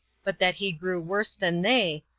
but that he grew worse than they,